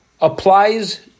applies